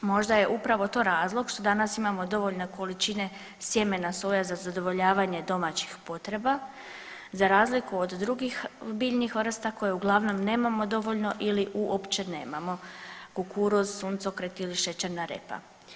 Možda je upravo to razlog što danas imamo dovoljne količine sjemena soja za zadovoljavanje domaćih potreba za razliku od drugih biljnih vrsta koje uglavnom nemamo dovoljno ili uopće nemamo kukuruz, suncokret ili šećerna repa.